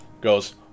goes